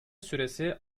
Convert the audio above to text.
süresi